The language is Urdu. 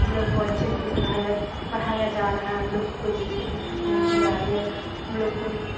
ہم لوگ کو اچھے سے پڑھایا پڑھایا جا رہا ہے ہم لوگ کو کوئی چیز کی دقت نہیں دی جا رہی ہے ہم لوگ کو